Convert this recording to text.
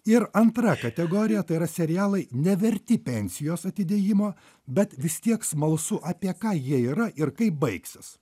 ir antra kategorija tai yra serialai neverti pensijos atidėjimo bet vis tiek smalsu apie ką jie yra ir kaip baigsis